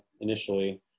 initially